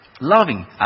Loving